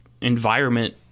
environment